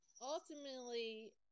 ultimately